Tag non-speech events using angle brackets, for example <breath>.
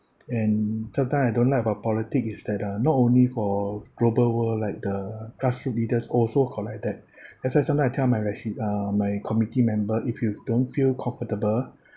and sometimes I don't like about politics is that uh not only for global world like the grassroot leaders also got like that <breath> that's why sometime I tell my resi~ uh my committee member if you don't feel comfortable <breath>